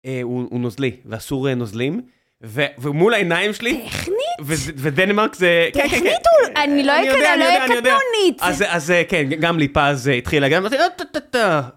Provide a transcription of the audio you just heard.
הוא נוזלי ואסור נוזלים ומול העיניים שלי וזה דנמרק זה כן אז כן גם ליפז התחילה לגמרי.